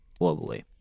globally